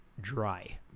dry